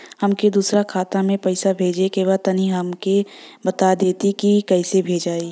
हमके दूसरा खाता में पैसा भेजे के बा तनि हमके बता देती की कइसे भेजाई?